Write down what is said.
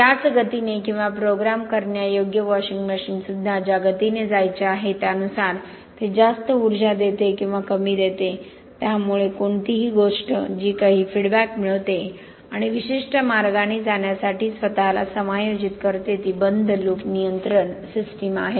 त्याच गतीने किंवा प्रोग्राम करण्यायोग्य वॉशिंग मशिन सुद्धा ज्या गतीने जायचे आहे त्यानुसार ते जास्त ऊर्जा देते किंवा कमी देते त्यामुळे कोणतीही गोष्ट जी काही फीडबॅक मिळवते आणि विशिष्ट मार्गाने जाण्यासाठी स्वतःला समायोजित करते ती बंद लूप नियंत्रण सिस्टम आहे